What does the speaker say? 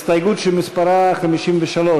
הסתייגות שמספרה 53,